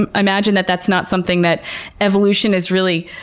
and imagine that that's not something that evolution has really